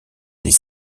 les